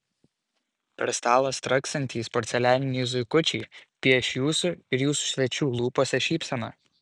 per stalą straksintys porcelianiniai zuikučiai pieš jūsų ir jūsų svečių lūpose šypseną